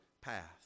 path